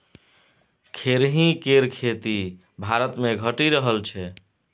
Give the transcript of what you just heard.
खेरही केर खेती भारतमे घटि रहल छै